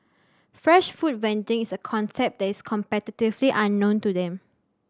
fresh food vending is a concept that is completely unknown to them